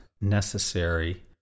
necessary